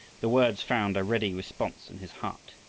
the words found a ready response in his heart.